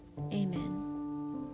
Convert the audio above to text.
Amen